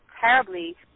terribly